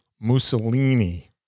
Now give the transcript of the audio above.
Mussolini